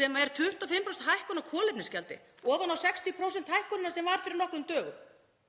sem er 25% hækkun á kolefnisgjaldi ofan á 60% hækkunina sem var fyrir nokkrum dögum.